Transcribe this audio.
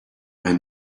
i’m